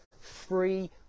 free